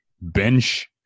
bench